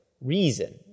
reason